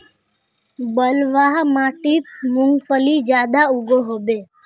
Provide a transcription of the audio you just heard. बलवाह माटित मूंगफली ज्यादा उगो होबे?